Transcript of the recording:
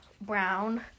brown